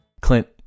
Clint